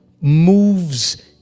moves